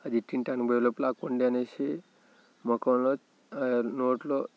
అది తినటానికి పోయే లోపల ఆ కొండే అనేసి ముఖంలో నోట్లో